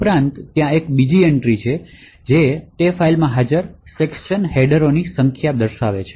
ઉપરાંત ત્યાં એક બીજી એન્ટ્રી છે જે તે ફાઇલમાં હાજર સેક્શન હેડરોની સંખ્યા છે